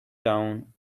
town